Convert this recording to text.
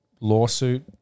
lawsuit